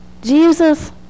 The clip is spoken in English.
Jesus